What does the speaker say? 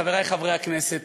חברי חברי הכנסת,